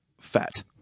Fat